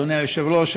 אדוני היושב-ראש,